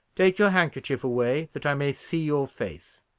take your handkerchief away, that i may see your face.